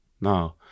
no